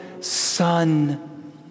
Son